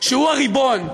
שהוא הריבון.